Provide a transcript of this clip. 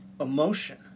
emotion